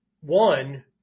one